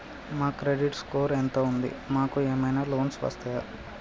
మా credit score ఎంత ఉంది? మాకు ఏమైనా లోన్స్ వస్తయా?